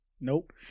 Nope